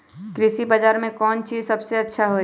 कृषि बजार में कौन चीज सबसे अच्छा होई?